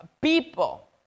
people